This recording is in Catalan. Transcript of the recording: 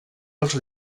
els